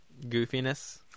goofiness